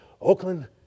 Oakland